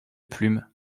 plume